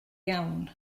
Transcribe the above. iawn